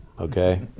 Okay